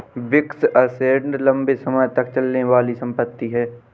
fixed assets लंबे समय तक चलने वाली संपत्ति है